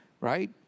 right